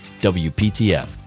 wptf